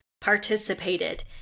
participated